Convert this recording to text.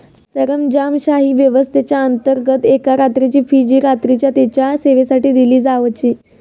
सरंजामशाही व्यवस्थेच्याअंतर्गत एका रात्रीची फी जी रात्रीच्या तेच्या सेवेसाठी दिली जावची